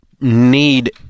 need